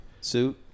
Suit